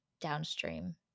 downstream